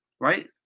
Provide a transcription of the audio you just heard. right